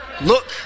Look